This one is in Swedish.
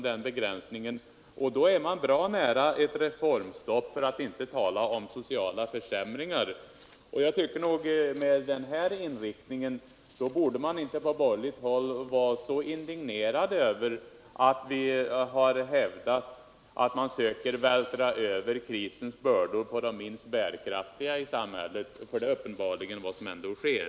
Då är man bra nära ett reformstopp, för att inte tala om sociala försämringar. När man har denna inriktning borde man inte vara så indignerad över att vi har hävdat att man söker vältra över krisens bördor på de minst bärkraftiga i samhället, för det är uppenbarligen ändå vad som sker.